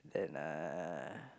and lah